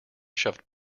shoved